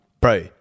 Bro